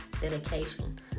dedication